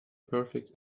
perfect